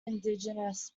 indigenous